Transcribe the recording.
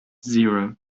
zero